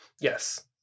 Yes